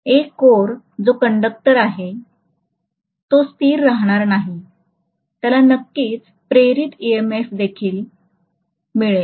पण एक कोर जो कंडक्टर आहे तो स्थिर राहणार नाही त्याला नक्कीच प्रेरित EMFदेखील मिळेल